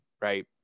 right